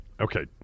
Okay